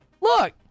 Look